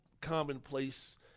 commonplace